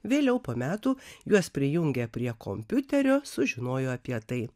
vėliau po metų juos prijungę prie kompiuterio sužinojo apie tai